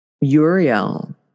Uriel